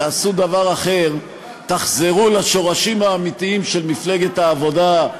תעשו דבר אחר: תחזרו לשורשים האמיתיים של מפלגת העבודה,